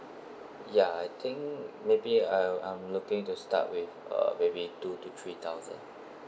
ya I think maybe uh I'm looking to start with uh maybe two to three thousand